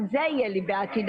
גם זה יהיה לי בעתיד.